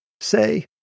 say